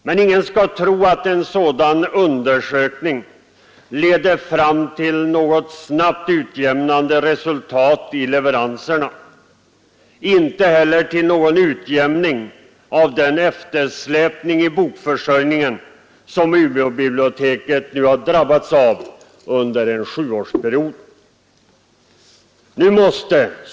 Men ingen skall tro att en sådan undersökning leder fram till något snabbt utjämnande resultat i leveranserna och inte heller till någon utjämning av den eftersläpning i bokförsörjningen som Umeåbi blioteket drabbats av under en sjuårsperiod.